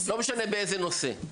לא משנה באיזה נושא.